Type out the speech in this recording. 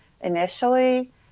initially